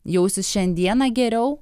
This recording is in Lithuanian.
jausis šiandieną geriau